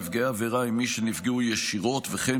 נפגעי העבירה הם מי שנפגעו ישירות וכן